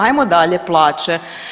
Ajmo dalje, plaće.